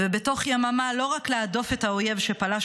ובתוך יממה לא רק להדוף את האויב שפלש